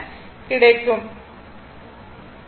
04 எனக் கிடைக்கும்